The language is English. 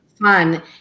fun